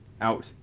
out